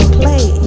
play